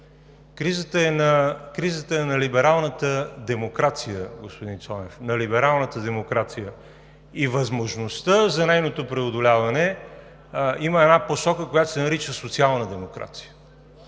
кризата е на либералната демокрация, господин Цонев, и възможността за нейното преодоляване има една посока, която се нарича социална демокрация.